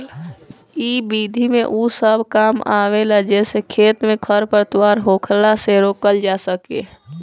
इ विधि में उ सब काम आवेला जेसे खेत में खरपतवार होखला से रोकल जा सके